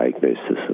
diagnosis